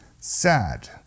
SAD